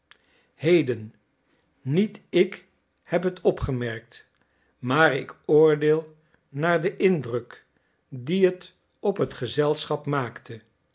verliezen heden niet ik heb het opgemerkt maar ik oordeel naar den indruk dien het op het gezelschap maakte heden